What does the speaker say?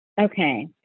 Okay